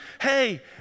hey